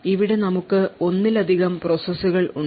ഇവിടെ നമുക്ക് ഒന്നിലധികം പ്രോസസ്സുകൾ ഉണ്ട്